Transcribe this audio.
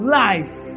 life